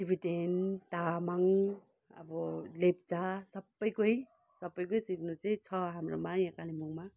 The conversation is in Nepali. टिबेटन तामाङ अब लेप्चा सबैको सबैको सिक्नु चाहिँ छ हाम्रोमा यहाँ कालिम्पोङमा